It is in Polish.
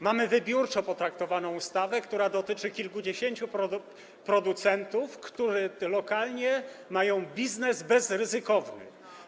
Mamy wybiórczo potraktowaną ustawę, która dotyczy kilkudziesięciu producentów, którzy lokalnie mają biznes bezryzykowny.